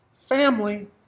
family